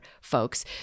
folks